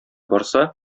барса